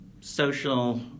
social